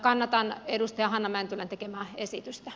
kannatan edustaja hanna mäntylän tekemää esitystä